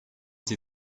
sie